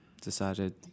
decided